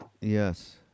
Yes